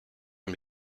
can